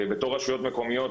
בתור רשויות מקומיות,